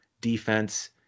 defense